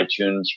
iTunes